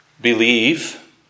believe